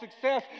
success